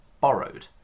borrowed